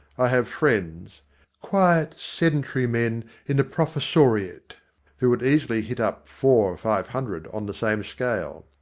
i have friends quiet sedentary men in the professoriate who would easily hit up four or five hundred on the same scale.